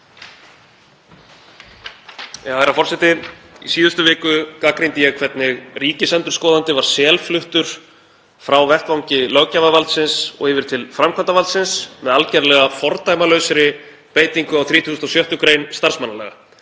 Herra forseti. Í síðustu viku gagnrýndi ég hvernig ríkisendurskoðandi var selfluttur frá vettvangi löggjafarvaldsins og yfir til framkvæmdarvaldsins með algerlega fordæmalausri beitingu á 36. gr. starfsmannalaga.